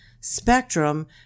Spectrum